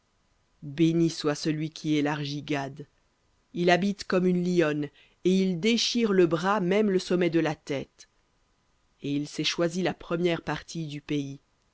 béni soit celui qui élargit gad il habite comme une lionne et il déchire le bras même le sommet de la tête et il s'est choisi la première partie car